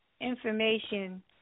information